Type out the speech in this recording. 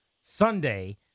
Sunday